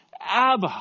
Abba